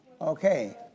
Okay